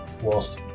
whilst